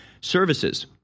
services